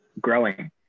growing